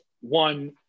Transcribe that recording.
one